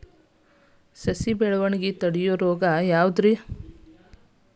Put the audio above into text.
ಸಸಿ ಬೆಳವಣಿಗೆ ತಡೆಯೋ ರೋಗ ಯಾವುದು?